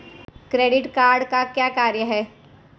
Credit card का क्या कार्य है?